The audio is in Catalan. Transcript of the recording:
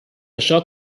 això